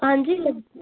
ਹਾਂਜੀ